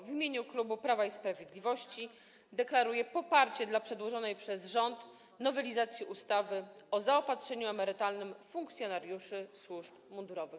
W imieniu klubu Prawa i Sprawiedliwości deklaruję poparcie dla przedłożonej przez rząd nowelizacji ustawy o zaopatrzeniu emerytalnym funkcjonariuszy służb mundurowych.